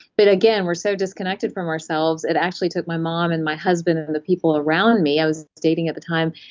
but again, we're so disconnected from ourselves it actually took my mom and my husband, and the people around me, i was dating at the time,